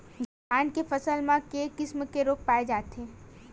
धान के फसल म के किसम के रोग पाय जाथे?